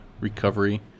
recovery